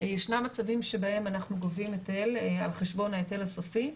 ישנם מצבים שבהם אנחנו גובים היטל על חשבון ההיטל הסופי,